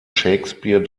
shakespeare